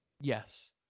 Yes